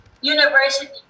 university